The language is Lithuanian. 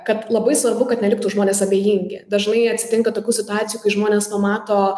kad labai svarbu kad neliktų žmonės abejingi dažnai atsitinka tokių situacijų kai žmonės pamato